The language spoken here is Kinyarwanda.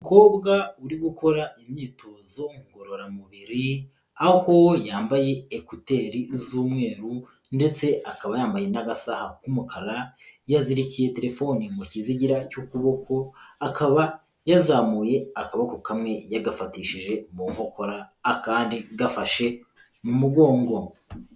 Umukobwa uri gukora imyitozo ngororamubiri, aho yambaye ekuteri z'umweru ndetse akaba yambaye n'agasa k'umukara, yazirikiye telefoni mu kizigira cy'ukuboko akaba yazamuye akaboko kamwe yagafatishije mu nkokora akandi gafashe mu mugongo.